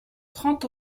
trente